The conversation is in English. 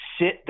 sit